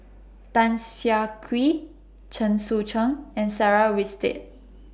Tan Siah Kwee Chen Sucheng and Sarah Winstedt